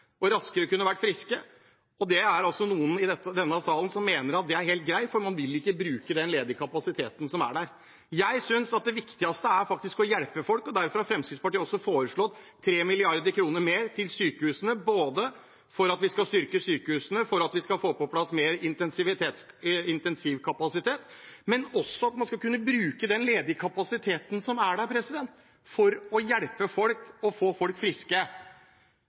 raskere kunne blitt det. Det er det altså noen i denne salen som mener er helt greit, for man vil ikke bruke den ledige kapasiteten som er der. Jeg synes det viktigste er å hjelpe folk, og derfor har Fremskrittspartiet også foreslått 3 mrd. kr mer til sykehusene, både for at vi skal styrke sykehusene og for at vi skal få på plass mer intensivkapasitet, men også for at man skal kunne bruke den ledige kapasiteten som er der, for å hjelpe folk og få folk friske.